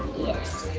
yes.